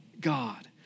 God